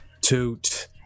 Toot